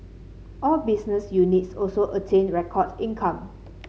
all business units also attained record income